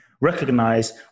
recognize